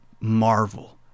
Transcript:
marvel